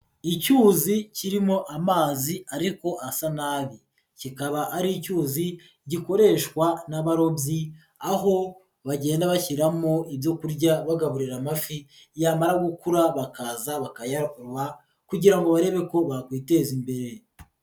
Icyuzi kirimo amazi ariko asa nabi, kikaba ari icyuzi gikoreshwa n'abarobyi aho bagenda bashyiramo ibyo kurya bagaburira amafi, yamara gukura bakaza bakayaroba kugira ngo barebe ko bakwiteza imbere.